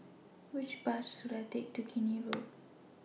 Which Bus should I Take to Keene Road